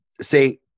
say